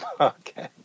Okay